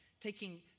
taking